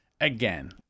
Again